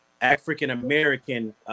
African-American